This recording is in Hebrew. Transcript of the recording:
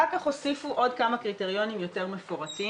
אחר כך הוסיפו עוד כמה קריטריונים יותר מפורטים,